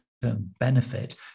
benefit